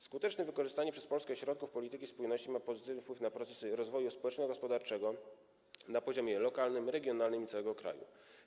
Skuteczne wykorzystanie przez Polskę środków polityki spójności ma pozytywny wpływ na proces rozwoju społeczno-gospodarczego na poziomie lokalnym, regionalnym i całego kraju.